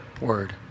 word